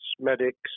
medics